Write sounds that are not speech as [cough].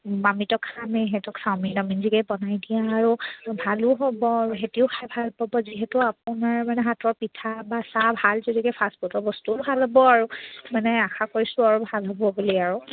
[unintelligible] খামেই সেইটো খামেই [unintelligible] বনাই দিয়ে আৰু ভালো হ'ব আৰু সিহঁতেও খাই ভাল পাব যিহেতু আপোনাৰ মানে হাতৰ পিঠা বা চাহ ভাল যদিকে ফাষ্টফুডৰ বস্তুও ভাল হ'ব আৰু মানে আশা কৰিছোঁ আৰু ভাল হ'ব বুলি আৰু